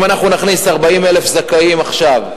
אם אנחנו נכניס 40,000 זכאים עכשיו,